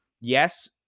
yes